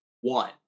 one